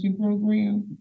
Program